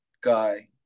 guy